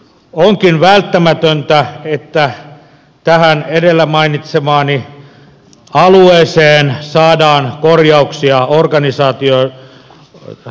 onkin välttämätöntä että tähän edellä mainitsemaani alueeseen saadaan korjauksia organisaatiotarkennuksia